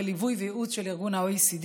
כולל ליווי וייעוץ של ה-OECD,